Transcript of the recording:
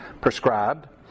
prescribed